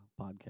podcast